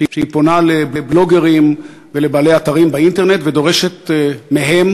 שפונה לבלוגרים ולבעלי אתרים באינטרנט ודורשת מהם